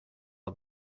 are